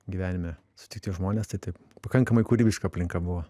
gyvenime sutikti žmonės tai taip pakankamai kūrybiška aplinka buvo